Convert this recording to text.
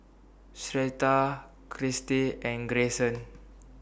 Sherita Kirstie and Grayson